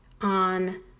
on